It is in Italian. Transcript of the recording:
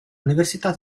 università